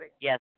Yes